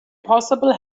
possible